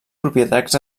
propietats